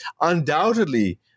undoubtedly